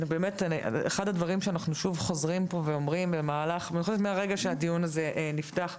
אחד הדברים שאנחנו שוב חוזרים ואומרים מרגע שהדיון נפתח,